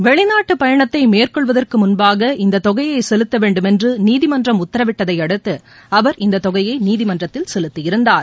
வெளிநாட்டு பயணத்தை மேற்கொள்வதற்கு முன்பாக இந்த தொகையை செலுத்த வேண்டுமென்று நீதிமன்றம் உத்தரவிட்டதை அடுத்து அவர் இநத தொகையை நீதிமன்றத்தில் செலுத்தியிருந்தார்